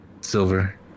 Silver